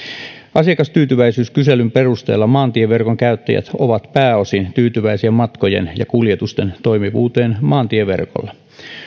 asiakastyytyväisyyskyselyn perusteella maantieverkon käyttäjät ovat pääosin tyytyväisiä matkojen ja kuljetusten toimivuuteen maantieverkolla